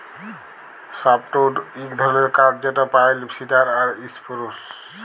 softwood ইক ধরলের কাঠ যেট পাইল, সিডার আর ইসপুরুস